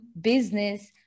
business